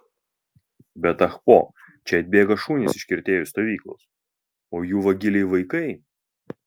bet ah po čia atbėga šunys iš kirtėjų stovyklos o jų vagiliai vaikai